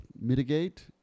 mitigate